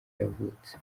yavutse